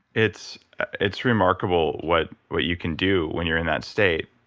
it's it's remarkable what what you can do when you're in that state.